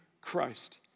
Christ